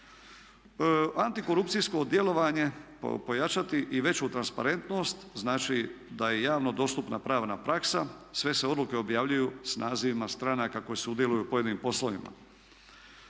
Antikorupcijsko djelovanje pojačati i veću transparentnost znači da je javno dostupna pravna praksa, sve se odluke objavljuju s nazivima stranaka koje sudjeluju u pojedinim poslovima,